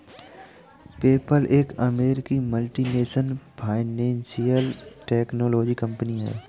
PayPal एक अमेरिकी multinational financial technology company है